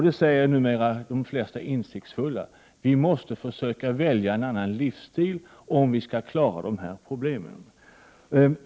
Det säger numera de flesta insiktsfulla personer. Vi måste försöka välja en annan livsstil, om vi skall klara dessa problem.